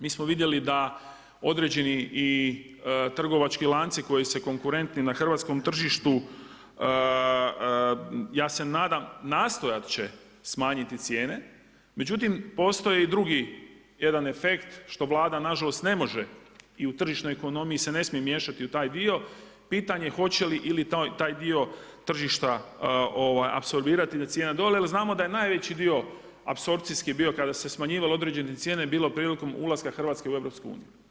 Mi smo vidjeli da određeni i trgovački lanci koji se konkurentni na hrvatskom tržištu, ja se nadam, nastojat će smanjiti cijene, međutim, postoje i drugi jedan efekt, što Vlada nažalost ne može i u tržišnoj ekonomiji se ne smije miješati u taj dio, pitanje hoće li ili taj dio tržišta apsorbirati, da cijena ide dolje, jer znamo da je najveći dio apsorcijski bio, kada se smanjivalo određene cijene, bilo prilikom ulaska Hrvatske u Europsku uniju.